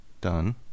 done